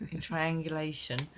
Triangulation